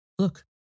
Look